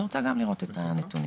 אני רוצה גם לראות את הנתונים.